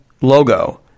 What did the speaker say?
logo